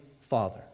Father